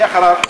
אחריו,